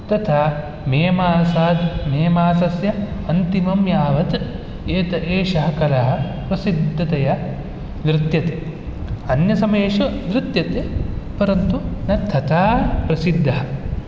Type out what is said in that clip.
तथा मे मासात् मे मासस्य अन्तिमं यावत् एतत् एषः कलः प्रसिद्धतया नृत्यते अन्यसमयेषु नृत्यते परन्तु न तथा प्रसिद्धः